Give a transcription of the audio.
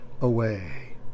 away